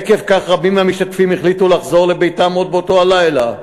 עקב כך רבים מהמשתתפים החליטו לחזור לביתם עוד באותו הלילה,